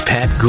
Pat